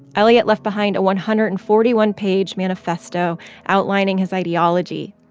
elliot left behind a one hundred and forty one page manifesto outlining his ideology,